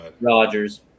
Rodgers